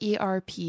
ERP